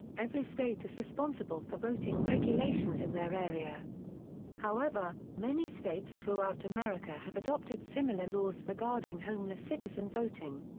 every state is responsible for voting regulations in their area however, many states throughout america have adopted similar laws regarding homeless citizen voting.